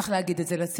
צריך להגיד את זה לציבור.